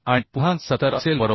आणि पुन्हा 70 असेल बरोबर